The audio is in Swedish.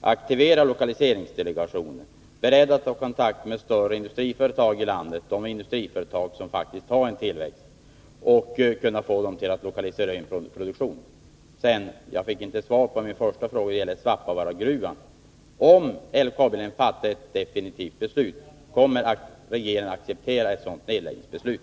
aktivera lokaliseringsdelegationen, beredd att ta kontakt med större industriföretag i landet, de industriföretag som faktiskt har en tillväxt, för att få dem att lokalisera sin produktion till malmfälten? Jag fick inte heller svar på min första fråga som gällde Svappavaaragruvan. Om LKAB-ledningen fattar ett definitivt nedläggningsbeslut, kommer regeringen att acceptera ett sådant beslut?